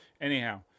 Anyhow